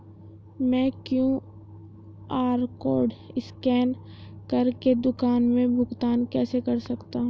मैं QR code scan कर के दुकान में भुगतान कैसे कर सकती हूँ?